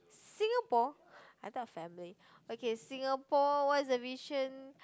football I thought family okay Singapore what is the vision